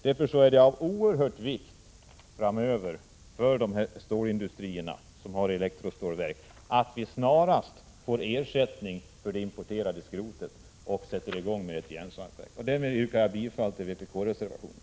Därför är det av oerhört stor vikt att industrier som har elektrostålverk snarast får ersättning för det importerade skrotet och sätter i gång med järnsvampsverk. Därmed yrkar jag bifall till vpk-reservationerna.